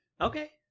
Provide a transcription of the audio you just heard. okay